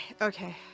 okay